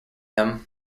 them